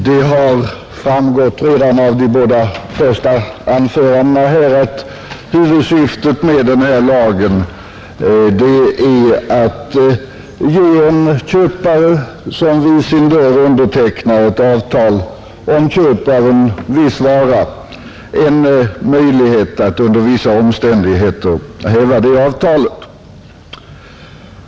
Det har framgått redan av de båda första anförandena att huvudsyftet med denna lag är att ge en köpare som vid sin dörr undertecknar ett avtal om köp av en viss vara en möjlighet att under vissa omständigheter häva det avtalet.